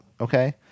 Okay